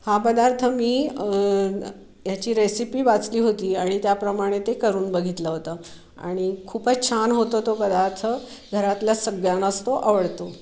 हा पदार्थ मी ह्याची रेसिपी वाचली होती आणि त्याप्रमाणे ते करून बघितलं होतं आणि खूपच छान होतो तो पदार्थ घरातल्याच सगळ्यांनाच तो आवडतो